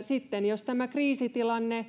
sitten jos tämä kriisitilanne